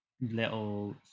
little